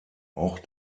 auch